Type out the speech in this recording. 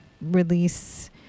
release